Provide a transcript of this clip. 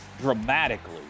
dramatically